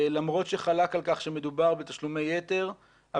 למרות שחלק על כך שמדובר בתשלומי יתר,